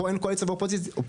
אין פה קואליציה ואופוזיציה,